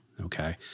okay